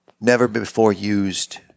never-before-used